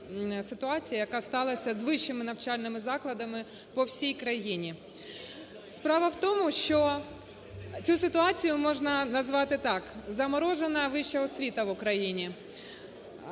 яка сталася з вищими навчальними закладами по всій країні. Справа в тому, що цю ситуацію можна назвати так: заморожена вища освіта в Україні.